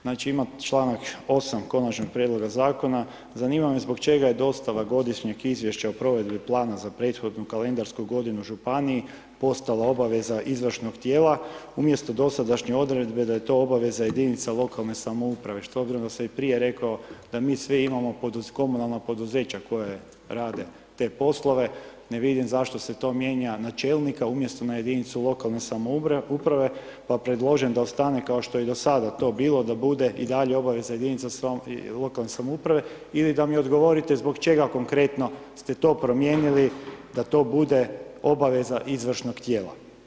Znači, ima čl. 8. Konačnog prijedloga Zakona, zanima me zbog čega je dostava Godišnjeg izvješća o provedbi plana za prethodnu kalendarsku godinu u županiji, postala obaveza izvršnog tijela, umjesto dosadašnje odredbe da je to obaveza jedinica lokalne samouprave, što obzirom da sam i prije rekao da mi sve imamo pod komunalna poduzeća koja rade te poslove, ne vidim zašto se to mijenja na čelnika umjesto na jedinicu lokalne samouprave, pa predlažem da ostane kao što je i do sada to bilo da bude i dalje obaveza jedinica lokalne samouprave ili da mi odgovorite zbog čega konkretno ste to promijenili da to bude obaveza izvršnog tijela.